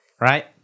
Right